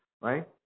right